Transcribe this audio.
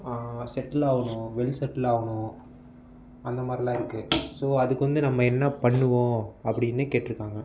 செட்டிலாகணும் well செட்டிலாகணும் அந்தமாதிரிலாம் இருக்கு ஸோ அதுக்கு வந்து நம்ம என்ன பண்ணுவோம் அப்படின்னு கேட்டிருக்காங்க